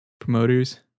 promoters